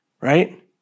right